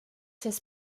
his